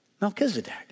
Melchizedek